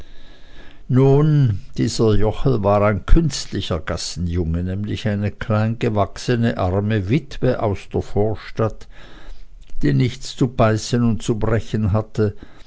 nun dieser jochel war ein künstlicher gassenjunge nämlich eine klein gewachsene arme witwe aus der vorstadt die nichts zu beißen und zu brechen hatte